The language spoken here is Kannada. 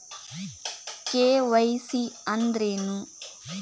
ಕೆ.ವೈ.ಸಿ ಅಂದ್ರೇನು?